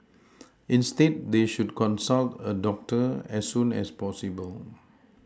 instead they should consult a doctor as soon as possible